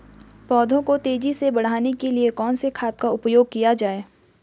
पौधों को तेजी से बढ़ाने के लिए कौन से खाद का उपयोग किया जाए?